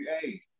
Hey